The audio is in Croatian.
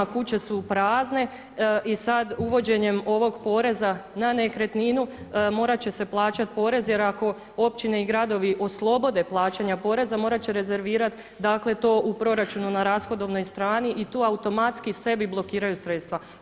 Kuće su prazne i sad uvođenjem ovog poreza na nekretninu morat će se plaćati porez jer ako općine i gradovi oslobode plaćanja poreza morat će rezervirati, dakle, to u proračunu na rashodovnoj strani i tu automatski sebi blokiraju sredstva.